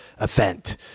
event